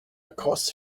across